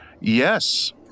Yes